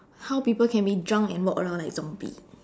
how people can be drunk and walk around like zombie